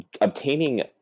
obtaining